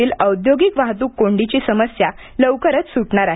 तील औद्योगिक वाहतूक कोंडीची समस्या लवकरच सुटणार आहे